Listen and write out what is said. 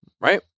right